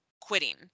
quitting